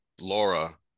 Laura